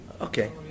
Okay